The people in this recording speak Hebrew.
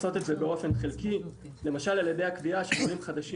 שנים כמו שהיה בסיס המשא לפני התקציב וגם צריך להימשך כרגע,